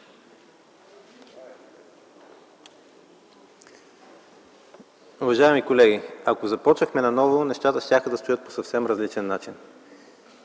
Уважаеми колеги, ако започвахме наново, нещата щяха да стоят по съвсем различен начин,